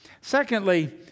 Secondly